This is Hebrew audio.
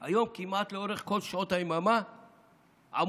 היום כמעט לכל אורך שעות היממה עמוס.